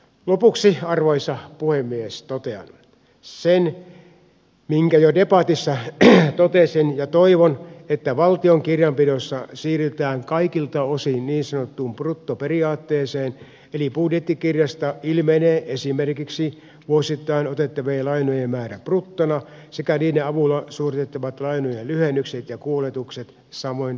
lopuksi arvoisa puhemies totean sen minkä jo debatissa totesin ja toivon että valtion kirjanpidossa siirrytään kaikilta osin niin sanottuun bruttoperiaatteeseen eli budjettikirjasta ilmenee esimerkiksi vuosittain otettavien lainojen määrä bruttona sekä niiden avulla suoritettavat lainojen lyhennykset ja kuoletukset samoin bruttona